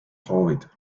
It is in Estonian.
soovid